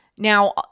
Now